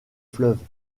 fleuves